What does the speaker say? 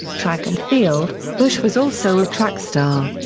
track and field bush was also a track star.